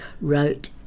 wrote